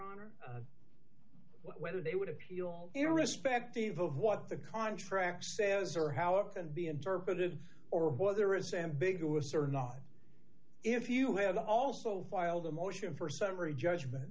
honor whether they would appeal irrespective of what the contract says or how it can be interpreted or whether it's ambiguous or not if you have also filed a motion for summary judgment